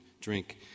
drink